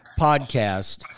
podcast